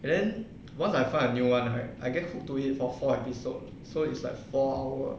then once I found a new [one] right I get hook to it for four episode so it's like four hour